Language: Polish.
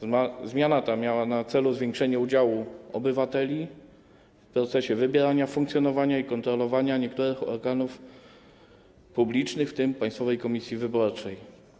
Zmiana ta miała na celu zwiększenie udziału obywateli w procesie wybierania, funkcjonowania i kontrolowania niektórych organów publicznych, w tym Państwowej Komisji Wyborczej.